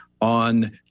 on